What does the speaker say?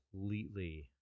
completely